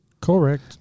Correct